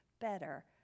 better